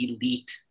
elite